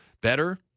better